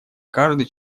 каждый